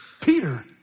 Peter